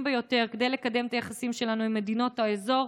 ביותר כדי לקדם את היחסים שלנו עם מדינות האזור.